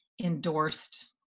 endorsed